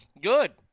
Good